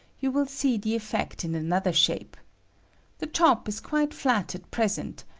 you wul see the effect in another shape the top is quite flat at present,